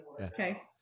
Okay